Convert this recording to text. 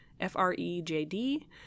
F-R-E-J-D